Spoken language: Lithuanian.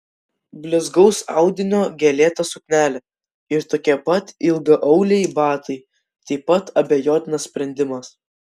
blizgaus audinio gėlėta suknelė ir tokie pat ilgaauliai batai taip pat abejotinas sprendimas